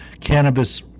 cannabis